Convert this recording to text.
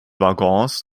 waggons